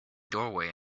doorway